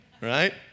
right